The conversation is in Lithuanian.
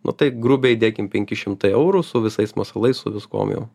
nu tai grubiai dėkim penki šimtai eurų su visais masalais su viskuom jau